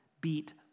beat